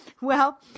Well-